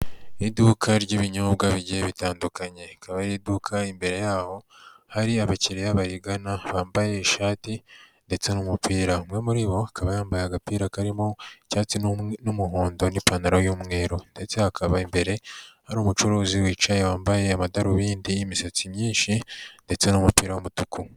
Iduka ry'ibinyobwa bigiye bitandukanye, rikaba ari iduka imbere yaho hari abakiriya barigana bambaye ishati ndetse n'umupira, umwe muri bo akaba yambaye agapira karimo icyatsi n'umuhondo n'ipantaro y'umweru ndetse hakaba imbere hari umucuruzi wicaye wambaye amadarubindi, imisatsi myinshi ndetse n'umupira w'umutuku.